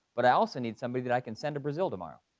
but i also need somebody that i can send to brazil tomorrow.